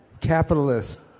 capitalist